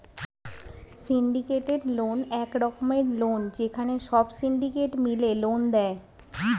syndicated loan এক রকমের loan যেখানে সব সিন্ডিকেট মিলে লোন দেয়